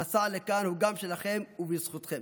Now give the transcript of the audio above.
המסע לכאן הוא גם שלכם ובזכותכם.